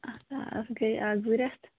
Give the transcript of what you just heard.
اَتھ ہا اَتھ گٔے اَکھ زٕ رٮ۪تھ